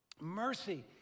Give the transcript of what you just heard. mercy